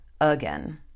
again